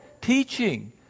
teaching